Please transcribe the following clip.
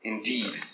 Indeed